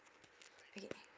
okay